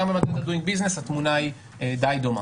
גם במדדי עשיית עסקים התמונה היא די דומה.